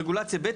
רגולציה ב',